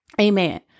Amen